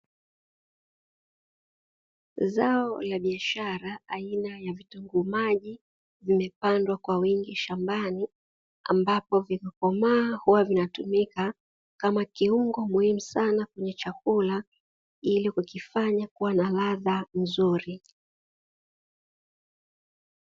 Zao la biashara aina ya vitunguu maji, vimepandwa kwa wingi shambani, ambapo vikikomaa huwa vinatumika kama kiungo muhimu sana kwenye chakula, ili kulifanya kuwa na ladha nzuri.